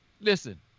listen